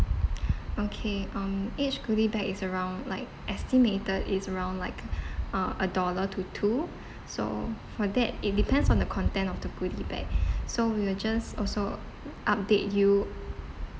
okay um each goodie bag is around like estimated is around like uh a dollar to two so for that it depends on the content of the goodie bag so we will just also update you